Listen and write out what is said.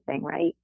right